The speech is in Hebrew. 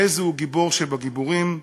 "איזהו גיבור שבגיבורים?